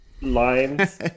lines